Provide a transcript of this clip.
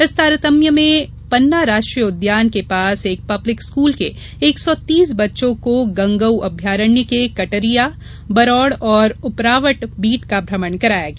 इस तारतम्य में पन्ना राष्ट्रीय उद्यान के निकट एक पब्लिक स्कूल के एक सौ तीस बच्चों को गंगऊ अभयारण्य के कटरिया बडौर और उमरावन बीट का भ्रमण कराया गया